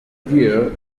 appear